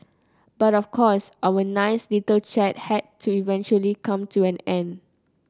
but of course our nice little chat had to eventually come to an end